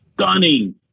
stunning